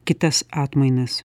kitas atmainas